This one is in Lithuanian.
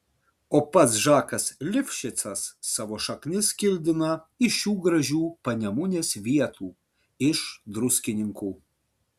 o pats žakas lifšicas savo šaknis kildina iš šių gražių panemunės vietų iš druskininkų